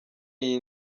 iyi